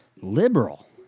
liberal